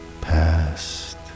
past